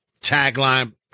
tagline